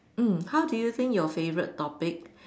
mm how do you think your favourite topic